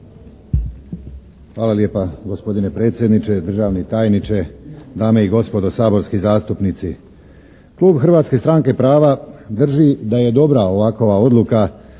Hvala lijepa gospodine predsjedniče, državni tajniče, dame i gospodo saborski zastupnici. Klub Hrvatske stranke prava drži da je dobra ovakova odluka